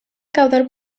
caudal